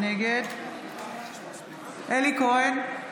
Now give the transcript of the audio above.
נגד אלי כהן,